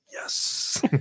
Yes